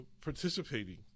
participating